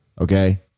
Okay